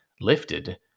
lifted